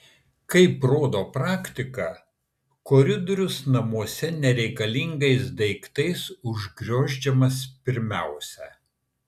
kaip rodo praktika koridorius namuose nereikalingais daiktais užgriozdžiamas pirmiausia